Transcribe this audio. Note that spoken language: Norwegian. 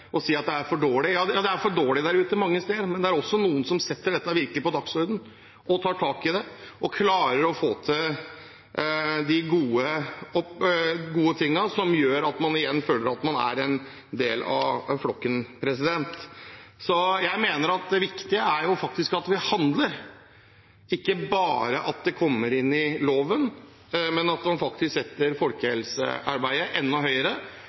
si at det er for dårlig. Ja, det er for dårlig mange steder der ute, men det er også noen som virkelig setter dette på dagsordenen, tar tak i det og klarer å få til de gode tingene som gjør at man igjen føler at man er en del av flokken. Jeg mener det viktige er at vi handler, ikke bare får det inn i loven, men faktisk setter folkehelsearbeidet enda høyere.